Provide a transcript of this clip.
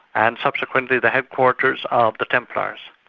and subsequently the headquarters of the templars.